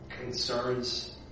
concerns